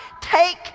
take